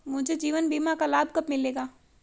मुझे जीवन बीमा का लाभ कब मिलेगा?